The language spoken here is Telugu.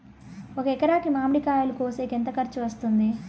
ఒక ఎకరాకి మామిడి కాయలు కోసేకి ఎంత ఖర్చు వస్తుంది?